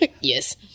Yes